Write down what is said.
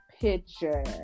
picture